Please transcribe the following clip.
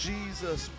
Jesus